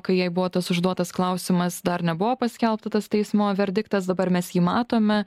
kai jai buvo tas užduotas klausimas dar nebuvo paskelbtas teismo verdiktas dabar mes jį matome